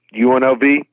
UNLV